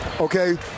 Okay